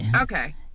okay